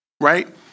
Right